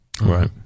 Right